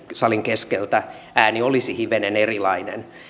salin keskeltä olisi hivenen erilainen